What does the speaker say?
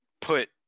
put